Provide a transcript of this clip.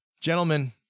gentlemen